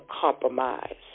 compromise